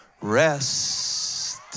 rest